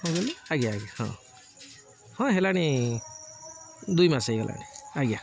ହଁ ଆଜ୍ଞା ଆଜ୍ଞା ହଁ ହଁ ହେଲାଣି ଦୁଇ ମାସ ହେଇଗଲାଣି ଆଜ୍ଞା